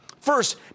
First